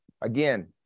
Again